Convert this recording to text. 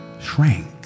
shrank